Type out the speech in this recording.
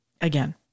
Again